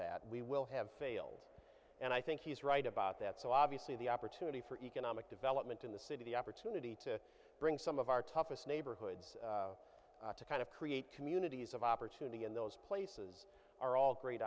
that we will have failed and i think he's right about that so obviously the opportunity for economic development in the city the opportunity to bring some of our toughest neighborhoods to kind of create communities of opportunity in those places are all great